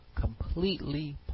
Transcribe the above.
completely